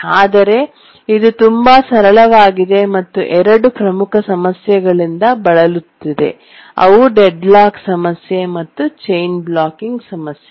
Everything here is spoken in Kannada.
ಆದರೆ ಇದು ತುಂಬಾ ಸರಳವಾಗಿದೆ ಮತ್ತು ಎರಡು ಪ್ರಮುಖ ಸಮಸ್ಯೆಗಳಿಂದ ಬಳಲುತ್ತಿದೆ ಅವು ಡೆಡ್ಲಾಕ್ ಸಮಸ್ಯೆ ಮತ್ತು ಚೈನ್ ಬ್ಲಾಕಿಂಗ್ ಸಮಸ್ಯೆ